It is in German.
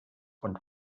und